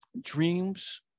dreams